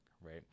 right